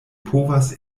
povas